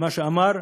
מה שאמר: